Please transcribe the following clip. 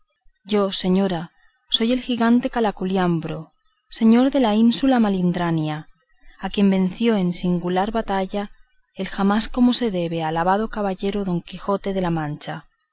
yo señora soy el gigante caraculiambro señor de la ínsula malindrania a quien venció en singular batalla el jamás como se debe alabado caballero don quijote de la mancha